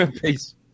Peace